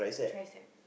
tricep